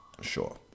Sure